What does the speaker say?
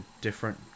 different